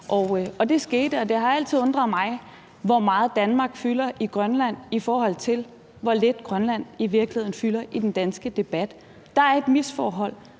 og det skete. Det har altid undret mig, hvor meget Danmark fylder i Grønland, i forhold til hvor lidt Grønland i virkeligheden fylder i den danske debat. Der er et misforhold,